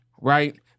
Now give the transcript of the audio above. right